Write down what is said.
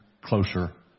closer